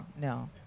no